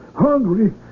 hungry